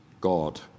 God